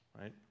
right